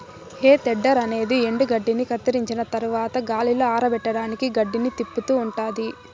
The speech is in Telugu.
హే తెడ్డర్ అనేది ఎండుగడ్డిని కత్తిరించిన తరవాత గాలిలో ఆరపెట్టడానికి గడ్డిని తిప్పుతూ ఉంటాది